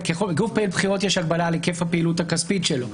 לגוף בחירות יש הגבלה על היקף הפעילות הכספית שלו.